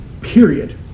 period